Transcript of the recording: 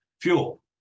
fuel